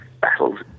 battles